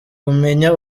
kumenya